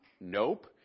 Nope